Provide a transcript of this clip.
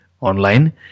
online